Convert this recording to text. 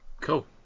Cool